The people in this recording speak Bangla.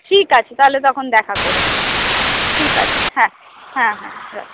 ঠিক আছে তাহলে তখন দেখা করো ঠিক আছে হ্যাঁ হ্যাঁ রাখি